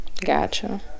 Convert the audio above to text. Gotcha